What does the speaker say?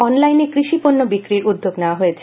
অনলাইনে কৃষিপণ্য বিক্রির উদ্যোগ নেওয়া হয়েছে